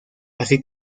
así